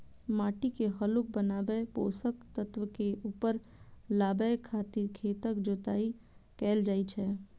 माटि के हल्लुक बनाबै, पोषक तत्व के ऊपर लाबै खातिर खेतक जोताइ कैल जाइ छै